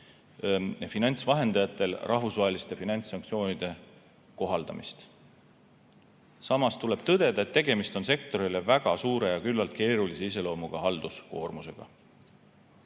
finantsvahendajatel rahvusvaheliste sanktsioonide kohaldamist. Samas tuleb tõdeda, et tegemist on sektorile väga suure ja küllaltki keerulise iseloomuga halduskoormusega.